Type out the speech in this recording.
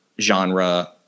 genre